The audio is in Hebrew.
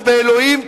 ובאלוהים,